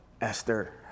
Esther